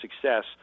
success